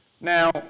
Now